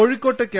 കോഴിക്കോട്ട് കെ